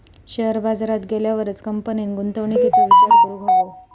share बाजारात गेल्यावरच कंपनीन गुंतवणुकीचो विचार करूक हवो